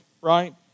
right